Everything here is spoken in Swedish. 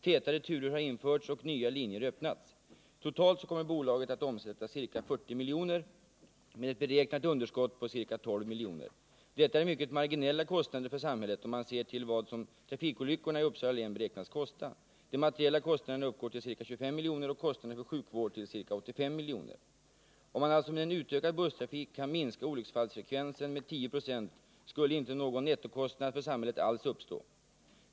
Tätare turer har införts och nya linjer öppnats. Totalt kommer bolaget att omsätta ca 40 miljoner med ett beräknat underskott på ca 12 miljoner. Detta är mycket marginella kostnader för samhället i jämförelse med vad trafikolyckorna i Uppsala län beräknas kosta. De materiella kostnaderna uppgår till ca 25 miljoner, och kostnaderna för sjukvård till ca 85 miljoner. Om man alltså med en utökad busstrafik kan minska olycksfallsfrekvensen med 10 96 skulle inte någon nettokostnad alls uppstå för samhället.